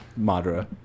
Madra